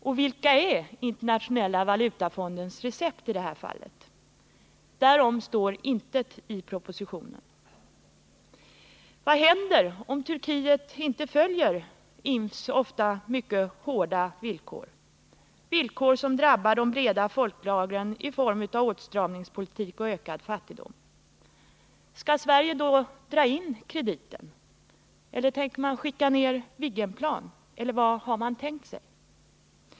Och vilket är Internationella valutafondens recept i detta fall? Därom står intet i propositionen. Vad händer om Turkiet inte följer IMF:s ofta mycket hårda villkor, villkor som drabbar de breda folklagren i form av åtstramningspolitik och ökad fattigdom? Skall Sverige då dra in krediten, tänker regeringen skicka ner Viggenplan eller vad har man tänkt sig?